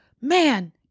man